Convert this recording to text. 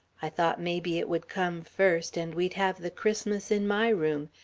i thought maybe it would come first, and we'd have the christmas in my room,